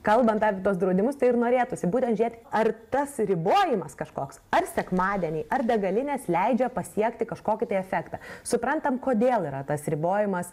kalbant apie tuos draudimus tai ir norėtųsi būtent žiūrėti ar tas ribojimas kažkoks ar sekmadienį ar degalinės leidžia pasiekti kažkokį tai efektą suprantam kodėl yra tas ribojimas